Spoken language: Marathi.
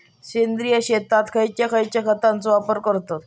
सेंद्रिय शेतात खयच्या खयच्या खतांचो वापर करतत?